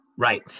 Right